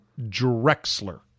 Drexler